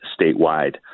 statewide